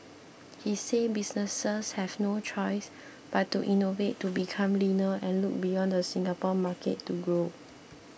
he said businesses have no choice but to innovate to become leaner and look beyond the Singapore market to grow